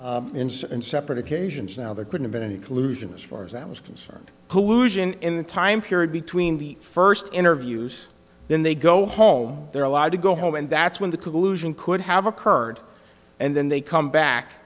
and separate occasions now there could have been any collusion as far as that was concerned pollution in the time period between the first interviews then they go home they're allowed to go home and that's when the collusion could have occurred and then they come back